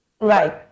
Right